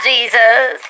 Jesus